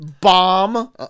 Bomb